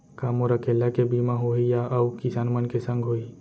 का मोर अकेल्ला के बीमा होही या अऊ किसान मन के संग होही?